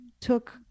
took